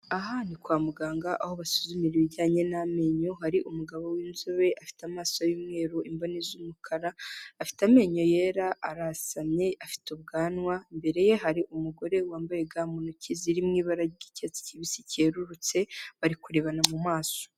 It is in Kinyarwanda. Aha ni kwa muganga aho basuzumira ibijyanye n'amenyo, hari umugabo w'inzobe, afite amaso y'umweru, imboni z'umukara, afite amenyo yera, arasamye, afite ubwanwa, imbere ye hari umugore wambaye ga mu ntoki ziri mu ibara ry'icyatsi kibisi cyerurutse bari kurebana mu maso.